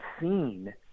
seen